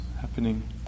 happening